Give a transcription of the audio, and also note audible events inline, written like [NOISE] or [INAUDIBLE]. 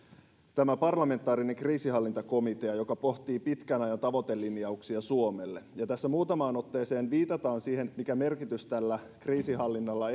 tämä parlamentaarinen kriisinhallintakomitea joka pohtii pitkän ajan tavoitelinjauksia suomelle ja tässä muutamaan otteeseen viitataan siihen mikä merkitys tällä kriisinhallinnalla [UNINTELLIGIBLE]